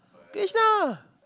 Krishna